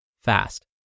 fast